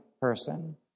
person